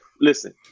listen